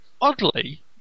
oddly